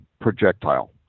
projectile